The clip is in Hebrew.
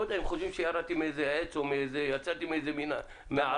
הם חושבים שירדתי מאיזה עץ או יצאתי ממערה.